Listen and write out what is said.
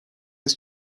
his